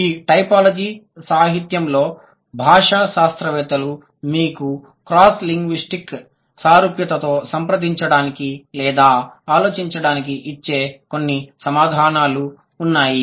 కాబట్టి టైపోలాజీ సాహిత్యంలో భాషా శాస్త్రవేత్తలు మీకు క్రాస్ లింగ్విస్టిక్ సారూప్యతతో సంప్రదించడానికి లేదా ఆలోచించడానికి ఇచ్చే కొన్ని సమాధానాలు ఇవి